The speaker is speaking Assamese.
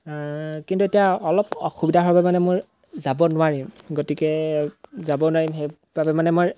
কিন্তু এতিয়া অলপ অসুবিধা হোৱাৰ বাবে মানে মোৰ যাব নোৱাৰিম গতিকে যাব নোৱাৰিম সেইবাবে মানে মই